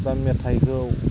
दा मेथाइखौ